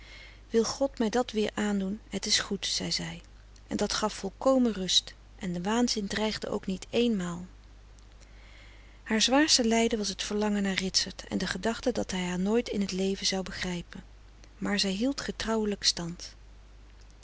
wil god mij dat weer aandoen het is goed zei zij en dat gaf volkomen rust en de waanzin dreigde ook niet éénmaal frederik van eeden van de koele meren des doods haar zwaarste lijden was t verlangen naar ritsert en de gedachte dat hij haar nooit in t leven zou begrijpen maar zij hield getrouwelijk stand